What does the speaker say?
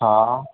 हा